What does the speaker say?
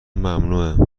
ممنوعه